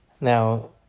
Now